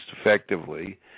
effectively